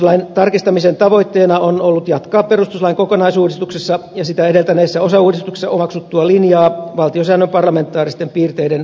perustuslain tarkistamisen tavoitteena on ollut jatkaa perustuslain kokonaisuudistuksessa ja sitä edeltäneissä osauudistuksissa omaksuttua linjaa valtiosäännön parlamentaaristen piirteiden vahvistamiseksi